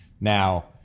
Now